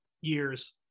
years